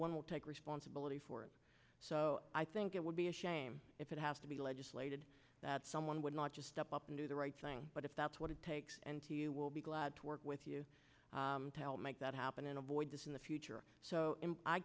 one will take responsibility for it so i think it would be a shame if it has to be legislated that someone would not just step up and do the right thing but if that's what it takes and to you will be glad to work with you to help make that happen in avoid this in the future so